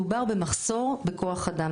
מדובר במחסור בכוח אדם.